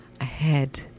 ahead